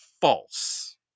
false